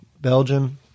Belgium